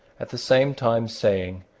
at the same time saying,